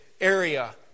area